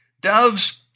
Doves